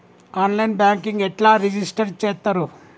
On line banking ఎట్లా register చేత్తరు?